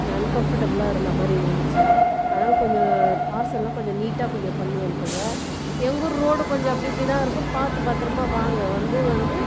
அன்கம்ஃபர்ட்டபுலா இருந்தா மாதிரி இருந்துச்சு அதனால கொஞ்சம் பார்சல்லாம் கொஞ்சம் நீட்டாக கொஞ்சம் பண்ணி அனுப்புங்கள் எங்கள் ஊர் ரோடு கொஞ்சம் அப்படி இப்படிதான் இருக்கும் பார்த்து பத்திரமா வாங்க வந்து வந்து